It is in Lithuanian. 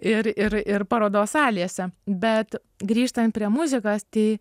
ir ir ir parodos salėse bet grįžtant prie muzikos tai